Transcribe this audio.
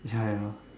yeah yeah